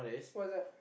what's that